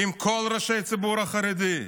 עם כל ראשי הציבור החרדי,